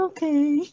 Okay